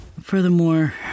Furthermore